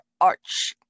arch